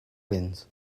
wins